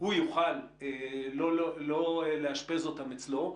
הוא יוכל לא לאשפז אותם אצלו,